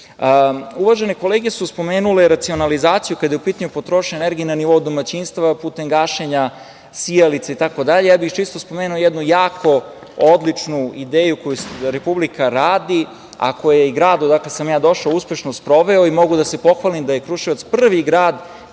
kolege su spomenule racionalizaciju kada je u pitanju potrošnja energije na nivou domaćinstava, putem gašenja sijalice, itd. Ja bih čisto spomenuo jednu odličnu ideju koju Republika radi, a koju je i grad odakle sam ja došao uspešno sproveo i mogu da se pohvalim da je Kruševac prvi grad